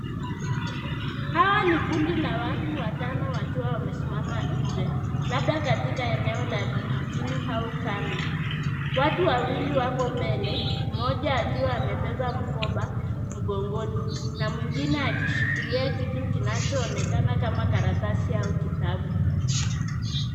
Hawa ni kundi la watu watano wakiwa wamesimama nje labda katika eneo la vijijini au kame. Watu Wawili wako mbele mmoja akiwa amebeba mkoba mgongoni na mwingine akishikilia kitu kinachoonekana kama karatasi au kitabu.